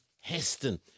Heston